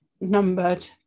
numbered